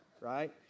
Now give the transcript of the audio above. right